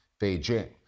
Beijing